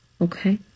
Okay